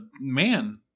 man